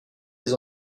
des